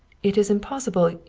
it is impossible!